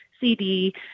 CD